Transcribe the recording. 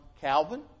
Calvin